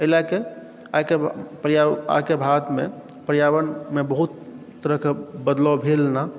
एहि लए कऽ आइके पर्यावरणमे बहुत तरहके बदलाव भेल न